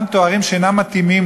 אם כן מישהו ממהר.